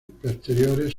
posteriores